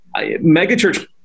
megachurch